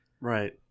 Right